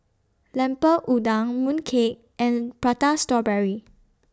Lemper Udang Mooncake and Prata Strawberry